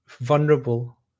vulnerable